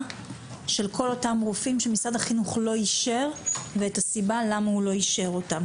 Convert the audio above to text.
אף אחד מהמטפלים או המורים לא יצא לחופשה.